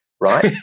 right